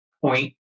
point